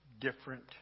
different